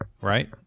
right